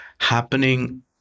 happening